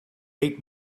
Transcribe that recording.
eight